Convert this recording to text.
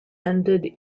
ended